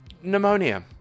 Pneumonia